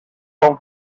com